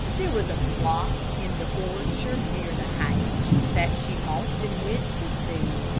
there was a flock in the orchard near the house that she often went to see.